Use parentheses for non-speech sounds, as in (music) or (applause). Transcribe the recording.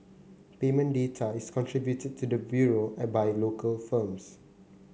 payment data is contributed to the Bureau (unintelligible) by local firms